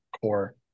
core